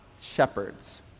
shepherds